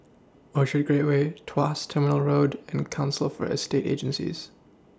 Orchard Gateway Tuas Terminal Road and Council For Estate Agencies